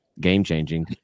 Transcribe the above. game-changing